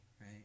right